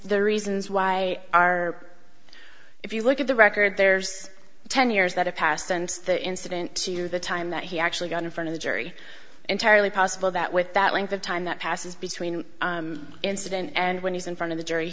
the reasons why are if you look at the record there's ten years that have passed since the incident to the time that he actually got in front of the jury entirely possible that with that length of time that passes between incident and when he's in front of a jury